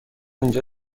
اینجا